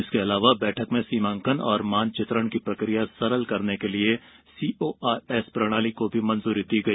इसके अलावा बैठक में सीमांकन और मानचित्रण की प्रक्रिया सरल करने के लिए सीओआरएस प्रणाली को मंजूरी दी गई